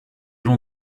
long